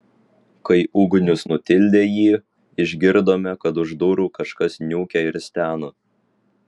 kai ugnius nutildė jį išgirdome kad už durų kažkas niūkia ir stena